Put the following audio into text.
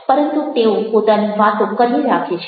પરંતુ તેઓ પોતાની વાતો કર્યે રાખે છે